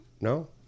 No